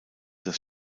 das